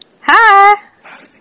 Hi